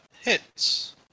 Hits